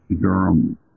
Durham